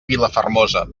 vilafermosa